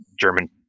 German